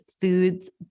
foods